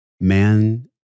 man